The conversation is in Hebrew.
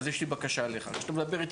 אז יש לי בקשה אליך: כשאתה מדבר איתי